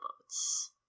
boats